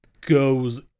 goes